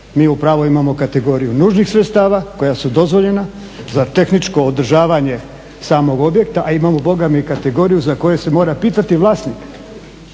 Mi u pravu imamo kategoriju nužnih sredstava koja su dozvoljena za tehničko održavanje samog objekta, a imamo Boga mi i kategoriju za koje se mora pitati vlasnika,